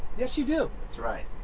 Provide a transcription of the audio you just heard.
yes, you do. that's right.